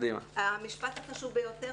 המשפט החשוב ביותר,